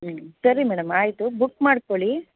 ಹ್ಞೂ ಸರಿ ಮೇಡಮ್ ಆಯಿತು ಬುಕ್ ಮಾಡ್ಕೊಳ್ಳಿ